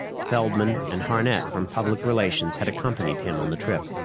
feldman and harnett from public relations had accompanied him on the trip.